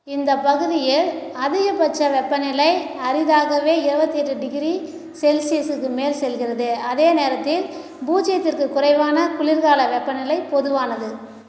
இந்தப் பகுதியில் அதிகபட்ச வெப்பநிலை அரிதாகவே இருபத்தி எட்டு டிகிரி செல்சியஸுக்கு மேல் செல்கிறது அதே நேரத்தில் பூஜ்ஜியத்திற்கு குறைவான குளிர்கால வெப்பநிலை பொதுவானது